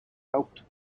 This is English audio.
help